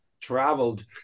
traveled